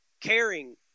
Caring